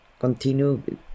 continue